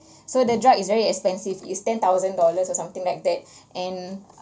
so the drug is very expensive is ten thousand dollars or something like that and